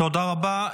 תודה רבה.